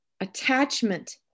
attachment